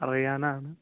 അറിയാനാണ്